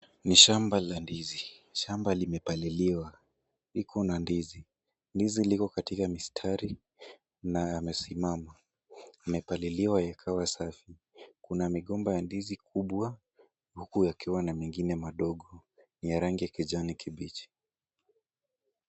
Ni shamba la ndizi , shamba limepaliliwa, liko na ndizi. Ndizi liko katika mistari na yamesimama. Yamepaliliwa yakawa safi, kuna migomba ya ndizi kubwa huku yakiwa na mengine madogo ya rangi ya kijani kibichi.